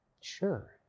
Sure